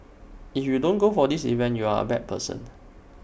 if you don't go for this event you're A bad person